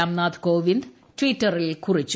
രാംനാഥ് കോവിന്ദ് ട്വിറ്ററിൽ കുറിച്ചു